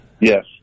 yes